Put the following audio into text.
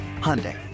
Hyundai